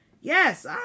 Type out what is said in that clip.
Yes